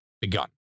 begun